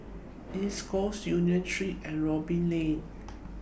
East Coast Union Street and Robin Lane